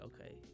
okay